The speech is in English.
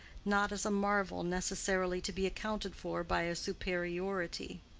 not as a marvel necessarily to be accounted for by a superiority.